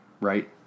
Right